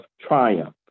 triumph